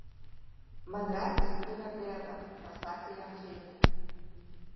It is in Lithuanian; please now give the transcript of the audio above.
man regis turime bėdą pasakė jam džeinė